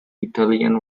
italian